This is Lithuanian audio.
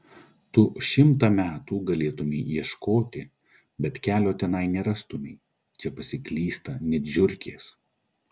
tu šimtą metų galėtumei ieškoti bet kelio tenai nerastumei čia pasiklysta net žiurkės